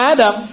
Adam